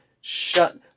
Shut